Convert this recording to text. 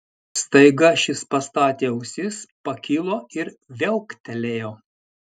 staiga šis pastatė ausis pakilo ir viauktelėjo